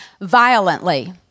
violently